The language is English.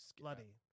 Bloody